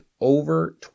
over